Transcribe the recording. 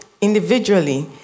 individually